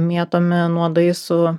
mėtomi nuodai su